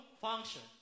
function